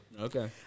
Okay